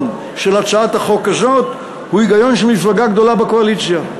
של הצעת החוק הזאת הוא היגיון של מפלגה גדולה בקואליציה.